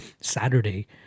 saturday